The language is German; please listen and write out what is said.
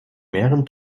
mehreren